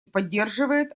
поддерживает